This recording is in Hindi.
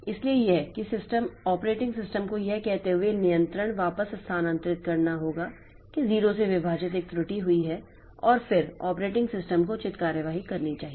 इसलिए यह कि ऑपरेटिंग सिस्टम को यह कहते हुए नियंत्रण वापस स्थानांतरित करना होगा कि 0 से विभाजित एक त्रुटि हुई है और फिर ऑपरेटिंग सिस्टम को उचित कार्रवाई करनी चाहिए